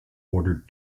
ordered